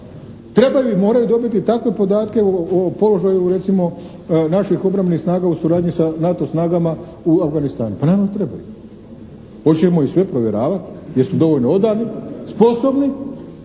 trebaju i moraju dobiti takve podatke o položaju recimo naših obrambenih snaga u suradnji sa NATO snagama u Afganistanu. Pa naravno da trebaju. Hoćemo li ih sve provjeravati jesu dovoljno odani, sposobni